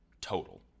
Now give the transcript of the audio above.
total